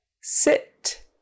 sit